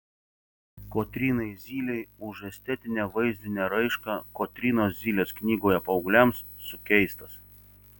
kotrynai zylei už estetinę vaizdinę raišką kotrynos zylės knygoje paaugliams sukeistas